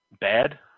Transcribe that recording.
Bad